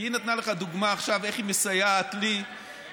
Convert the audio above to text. כי היא נתנה לך דוגמה עכשיו איך היא מסייעת לי כאן.